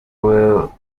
will